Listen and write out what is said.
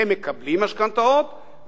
הם שמקבלים משכנתאות,